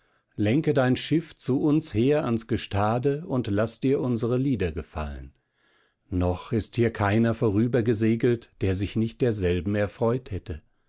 lenke dein schiff zu uns her ans gestade und laß dir unsere lieder gefallen noch ist hier keiner vorübergesegelt der sich nicht derselben erfreut hätte